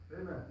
Amen